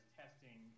testing